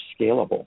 scalable